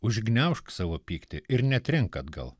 užgniaužk savo pyktį ir netrenk atgal